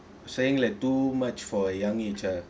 saying like too much for young age ah